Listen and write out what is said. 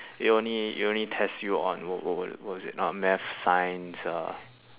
it only it only tests you on what what what what was it oh math science uh